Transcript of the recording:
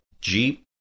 Jeep